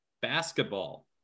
basketball